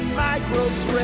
microbes